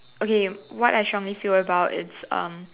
okay what I strongly feel about it's um